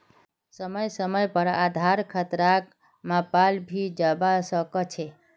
समय समय पर आधार खतराक मापाल भी जवा सक छे